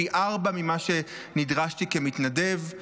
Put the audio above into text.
פי ארבעה ממה שנדרשתי כמתנדב,